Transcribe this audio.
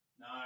No